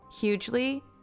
hugely